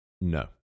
No